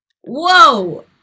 Whoa